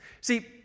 See